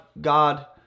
God